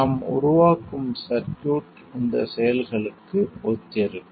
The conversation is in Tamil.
நாம் உருவாக்கும் சர்க்யூட் இந்த செயல்களுக்கு ஒத்திருக்கும்